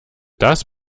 das